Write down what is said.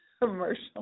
commercial